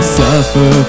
suffer